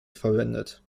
verwendet